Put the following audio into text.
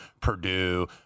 Purdue